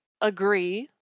agree